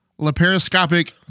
laparoscopic